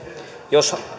jos